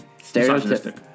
stereotypical